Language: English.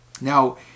Now